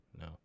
No